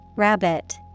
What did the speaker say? Rabbit